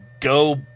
go